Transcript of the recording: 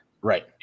Right